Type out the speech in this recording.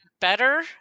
better